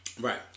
right